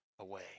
away